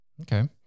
Okay